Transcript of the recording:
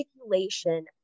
articulation